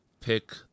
pick